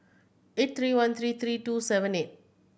eight three one three three two seven eight